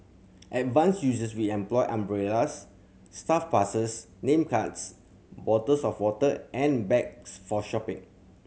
advanced users will employ umbrellas staff passes name cards bottles of water and bags for shopping